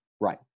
Right